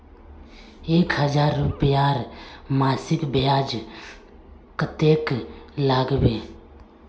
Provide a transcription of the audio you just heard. एक हजार रूपयार मासिक ब्याज कतेक लागबे?